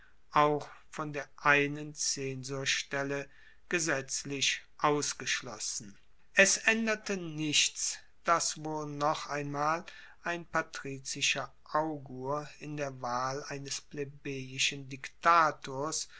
auch von der einen zensorstelle gesetzlich ausgeschlossen es aenderte nichts dass wohl noch einmal ein patrizischer augur in der wahl eines plebejischen diktators